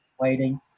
waiting